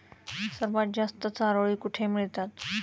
सर्वात जास्त चारोळी कुठे मिळतात?